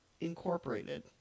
Incorporated